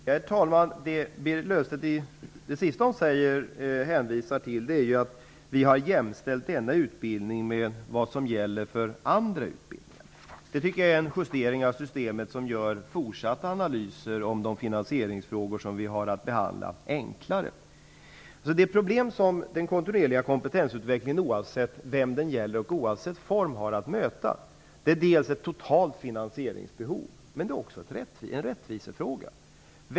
Herr talman! Det sista Berit Löfstedt hänvisar till är att vi har jämställt denna utbildning med andra utbildningar. Det tycker jag är en justering av systemet som gör de fortsatta analyserna av de finansieringsfrågor som vi har att behandla enklare. De problem som den kontinuerliga kompentensutvecklingen har att möta -- oavsett vem det gäller och oavsett form -- är dels ett totalt finansieringsbehov, dels en rättvisefråga.